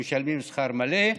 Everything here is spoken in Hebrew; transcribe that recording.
שמשלמים שכר מלא,